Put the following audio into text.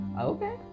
okay